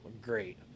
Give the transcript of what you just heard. great